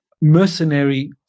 mercenary